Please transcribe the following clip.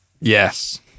Yes